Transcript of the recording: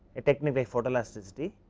a technical photo elasticity,